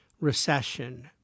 Recession